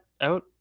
out